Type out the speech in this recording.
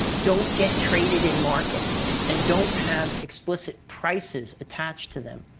don't get traded in markets and don't have explicit prices attached to them,